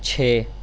چھ